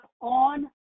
on